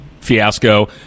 Fiasco